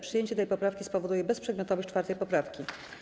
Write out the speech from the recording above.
Przyjęcie tej poprawki spowoduje bezprzedmiotowość 4. poprawki.